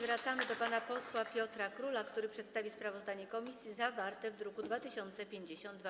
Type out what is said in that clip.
Wracamy do pana posła Piotra Króla, który przedstawi sprawozdanie komisji zawarte w druku nr 2052.